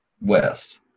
West